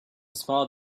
small